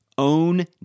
Own